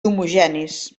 homogenis